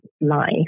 life